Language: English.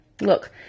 Look